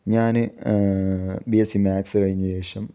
ഞാൻ B S C maths കഴിഞ്ഞ ശേഷം